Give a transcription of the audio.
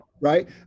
right